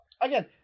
Again